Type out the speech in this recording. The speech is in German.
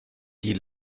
die